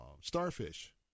starfish